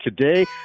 today